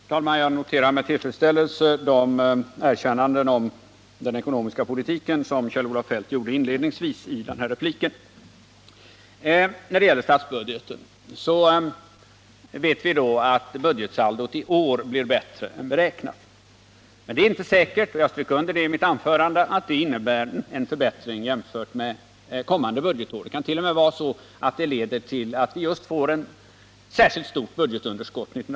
Herr talman! Jag noterar med tillfredsställelse de erkännanden om den ekonomiska politiken som Kjell-Olof Feldt gav inledningsvis i sin replik. Beträffande statsbudgeten vet vi att budgetsaldot i år blir bättre än beräknat. Men det är inte säkert — vilket jag strök under i mitt anförande — att det innebär en förbättring även för kommande budgetår. Det kant.o.m. leda till att vi får ett särskilt stort budgetunderskott 1979/80.